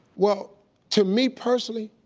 well to me personally,